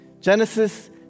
Genesis